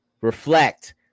Reflect